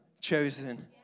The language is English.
chosen